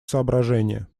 соображения